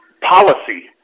policy